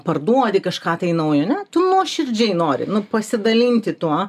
parduodi kažką naujo ne tu nuoširdžiai nori pasidalinti tuo